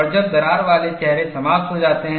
और जब दरार वाले चेहरे समाप्त हो जाते हैं